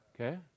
okay